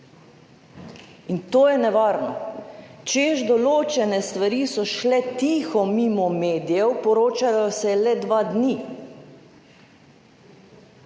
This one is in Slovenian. in to je nevarno, češ določene stvari so šle tiho mimo medijev, poročalo se je le dva dni,